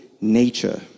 nature